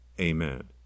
Amen